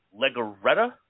Legareta